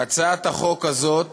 הצעת החוק הזאת